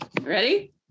ready